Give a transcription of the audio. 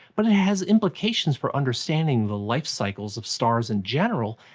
but it has implications for understanding the lifecycles of stars in general,